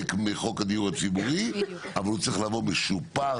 מחוק הדיור הציבורי אבל הוא צריך לבוא משופר,